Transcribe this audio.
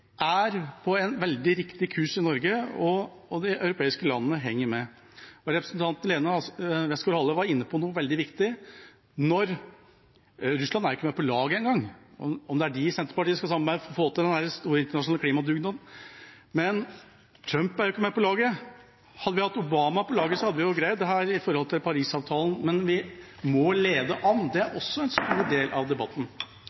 er på veldig riktig kurs i Norge, og de europeiske landene henger med. Representanten Lene Westgaard-Halle var inne på noe veldig viktig: Russland er ikke med på laget, om det er dem Senterpartiet skal samarbeide med for å få til den store internasjonale klimadugnaden. Trump er ikke med på laget. Hadde vi hatt Obama på laget, hadde vi greid dette med tanke på Parisavtalen. Vi må lede an, det